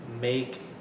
make